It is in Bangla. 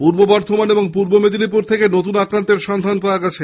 পূর্ব বর্ধমান এবং পূর্ব মেদিনীপুর থেকে নতুন আক্রান্তের সন্ধান মিলেছে